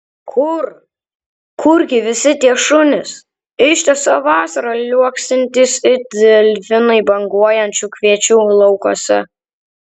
kur kurgi visi tie šunys ištisą vasarą liuoksintys it delfinai banguojančių kviečių laukuose